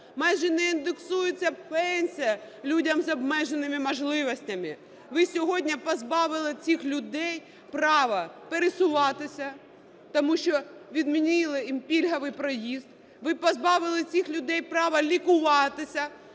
майже не індексується пенсія людям з обмеженими можливостями, - ви сьогодні позбавили цих людей права пересуватися, тому що відмінили їм пільговий проїзд, ви позбавили цих людей права лікуватися,